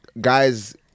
guys